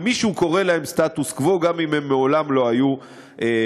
ומישהו קורא להם סטטוס-קוו גם אם הם מעולם לא היו בסטטוס-קוו.